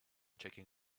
checking